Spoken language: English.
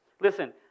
Listen